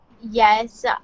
Yes